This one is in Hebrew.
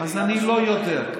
אז אני לא יודע.